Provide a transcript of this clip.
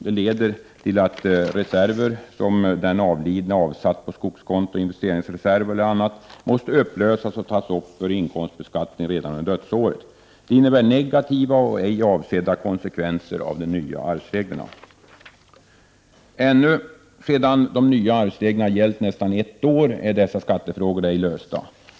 Detta leder till att reserver som den avlidne avsatt på skogskonto, investeringsreserv eller annat måste upplösas och tas upp för inkomstbeskattning redan under dödsåret. Detta innebär negativa och ej avsedda konsekvenser av de nya arvsreglerna. Ännu, när de nya arvsreglerna gällt nästan ett år, är dessa skattefrågor ej lösta.